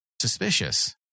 suspicious